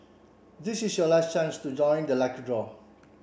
this is your last chance to join the lucky draw